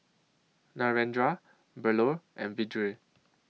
Narendra Bellur and Vedre